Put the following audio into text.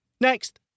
Next